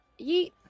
Yeet